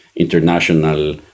international